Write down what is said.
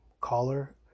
caller